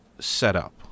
setup